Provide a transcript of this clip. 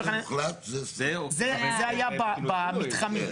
זה היה במתחם.